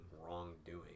wrongdoing